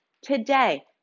today